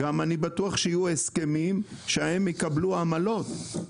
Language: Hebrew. אני גם בטוח שיהיו הסכמים שההם יקבלו עמלות,